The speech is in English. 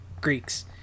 Greeks